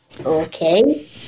Okay